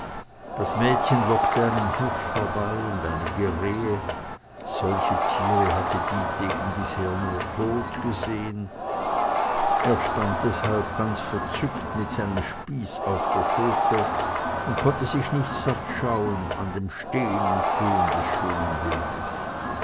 das mädchen lockte einen hirsch herbei und einige rehe solche tiere hatte dietegen bisher nur tot gesehen er stand deshalb ganz verzückt mit seinem spieß auf der schulter und konnte sich nicht satt schauen an dem stehn und gehen des schönen wildes